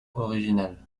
original